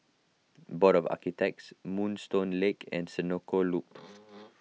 Board of Architects Moonstone Lane and Senoko Loop